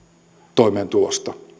toimeentulosta